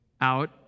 out